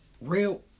real